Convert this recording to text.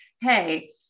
hey